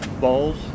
Balls